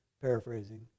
Paraphrasing